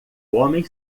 homem